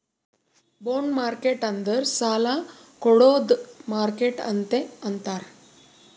bond market ಅಂದುರ್ ಸಾಲಾ ಕೊಡ್ಡದ್ ಮಾರ್ಕೆಟ್ ಅಂತೆ ಅಂತಾರ್